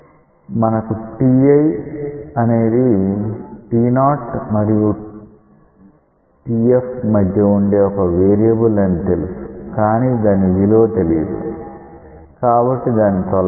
మనకు t i అనేది t0 మరియు tf మధ్య వుండే ఒక వేరియబుల్ అని తెలుసు కానీ దాని విలువ తెలీదు కాబట్టి దాన్ని తొలగించాలి